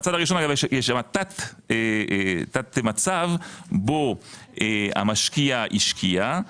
בצעד הראשון יש תת מצב בו המשקיע השקיע,